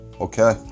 Okay